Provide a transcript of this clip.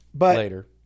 later